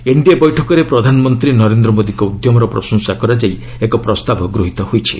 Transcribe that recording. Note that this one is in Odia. ଏନ୍ଡିଏ ବୈଠକରେ ପ୍ରଧାନମନ୍ତ୍ରୀ ନରେନ୍ଦ୍ର ମୋଦିଙ୍କ ଉଦ୍ୟମର ପ୍ରଶଂସା କରାଯାଇ ଏକ ପ୍ରସ୍ତାବ ଗୃହୀତ ହୋଇଛି